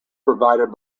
provided